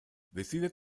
decide